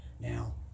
Now